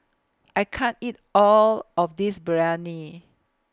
I can't eat All of This Biryani